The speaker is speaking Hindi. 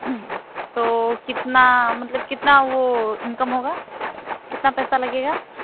तो कितना मतलब कितना वो इनकम होगा कितना पैसा लगेगा